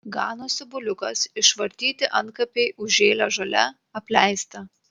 ganosi buliukas išvartyti antkapiai užžėlę žole apleista